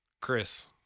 Chris